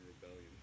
rebellion